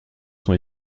sont